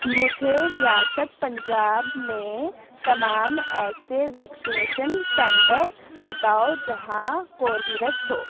مجھے ریاستِ پنجاب میں تمام ایسے ویکسینیشن سنٹر بتاؤ جہاں کوربی ویکس ہو